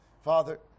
Father